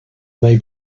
may